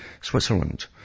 Switzerland